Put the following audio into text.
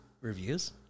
reviews